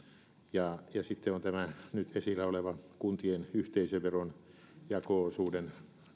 ja sitten on tämä nyt esillä oleva kuntien yhteisöveron jako osuuden